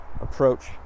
approach